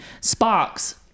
Sparks